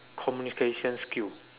communication skill